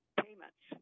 payments